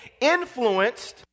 influenced